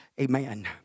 amen